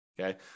Okay